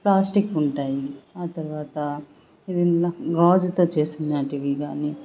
plastic ఉంటాయి ఆ తరువాత గాజుతో చేసిన వాటివి కానీ